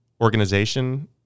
organization